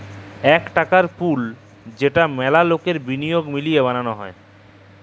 ইক টাকার পুল যেট ম্যালা লকের বিলিয়গ মিলায় বালাল হ্যয়